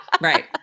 Right